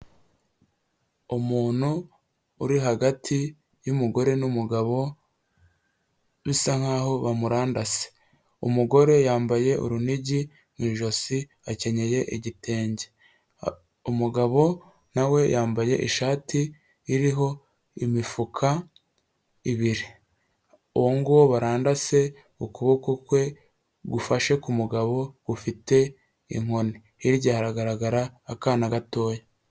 Umuntu uri hagati y'umugore n'umugabo bisa nkaho bamurandase umugore yambaye urunigi mw’ijosi akenyeye igitenge umugabo nawe yambaye ishati iriho imifuka ibiri uwo nguwo barandase ukuboko kwe gufashe kumugabo gufite inkoni hirya haragaragara akana gatoya.